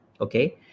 okay